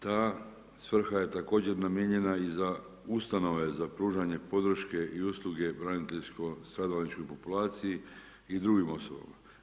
Ta svrha je također namijenjena i za ustanove za pružanje podrške i usluge braniteljsko stradalačkoj populaciji i drugim osobama.